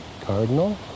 cardinal